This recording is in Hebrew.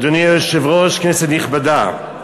גברתי היושבת-ראש, כנסת נכבדה,